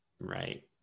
right